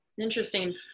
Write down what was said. Interesting